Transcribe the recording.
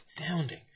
astounding